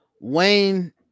Wayne